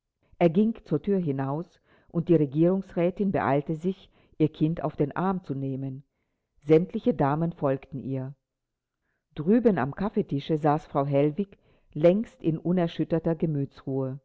er ging zur thür hinaus und die regierungsrätin beeilte sich ihr kind auf den arm zu nehmen sämtliche damen folgten ihr drüben am kaffeetische saß frau hellwig längst in